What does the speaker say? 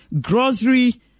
grocery